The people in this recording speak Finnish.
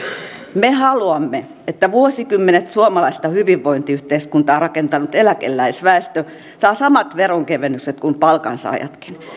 me haluamme että vuosikymmenet suomalaista hyvinvointiyhteiskuntaa rakentanut eläkeläisväestö saa samat veronkevennykset kuin palkansaajatkin